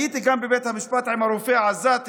הייתי גם בבית המשפט עם הרופא העזתי